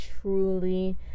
truly